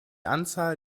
anzahl